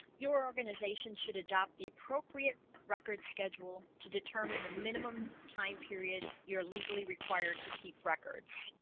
your organization should adopt the appropriate record schedule to determine the minimum time period you're legally required to keep records